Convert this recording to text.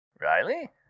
Riley